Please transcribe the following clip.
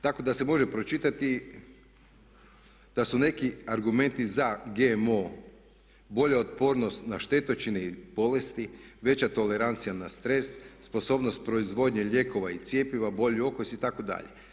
Tako da se može pročitati da su neki argument za GMO bolja otpornost na štetočine bolesti, veća tolerancija na stres, sposobnost proizvodnje lijekova i cjepiva, bolji okus itd.